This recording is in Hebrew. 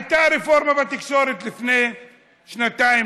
הייתה רפורמה בתקשורת לפני שנתיים,